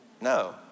No